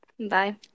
Bye